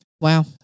Wow